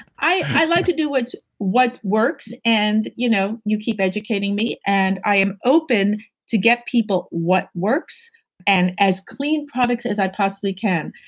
i i like to do what what works and you know you keep educating me and i am open to getting people what works and as clean products as i possibly can.